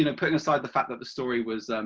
you know putting aside the fact that the story was